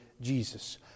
Jesus